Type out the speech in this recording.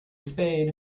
spade